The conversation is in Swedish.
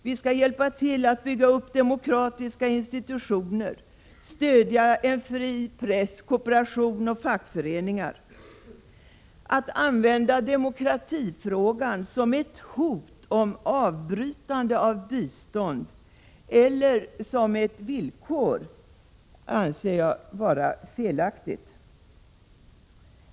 Vi skall hjälpa till att bygga upp demokratiska institutioner, stödja en fri press, kooperation och fackföreningar. Att använda demokratifrågan som ett hot om avbrytande av bistånd eller som ett villkor för bistånd anser jag vara felaktigt.